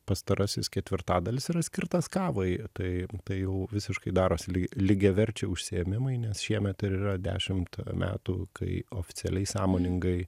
pastarasis ketvirtadalis yra skirtas kavai tai tai jau visiškai darosi ly lygiaverčiai užsiėmimai nes šiemet ir yra dešimt metų kai oficialiai sąmoningai